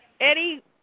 Eddie